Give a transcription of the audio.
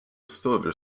cylinder